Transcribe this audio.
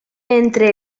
entre